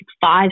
five